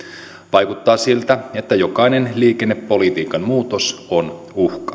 vaikuttaa siltä että jokainen liikennepolitiikan muutos on uhka